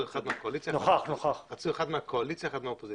אם הבנתי נכון או לא.